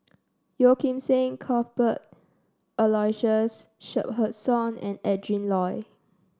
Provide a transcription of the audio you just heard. Yeo Kim Seng Cuthbert Aloysius Shepherdson and Adrin Loi